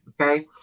okay